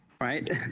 right